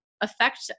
affect